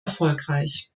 erfolgreich